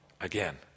again